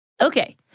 Okay